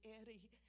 Eddie